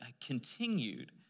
continued